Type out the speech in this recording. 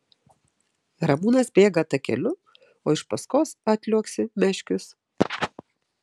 ramūnas bėga takeliu o iš paskos atliuoksi meškius